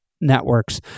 networks